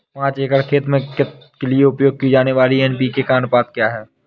पाँच एकड़ खेत के लिए उपयोग की जाने वाली एन.पी.के का अनुपात क्या है?